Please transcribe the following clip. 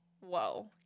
Whoa